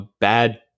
bad